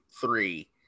three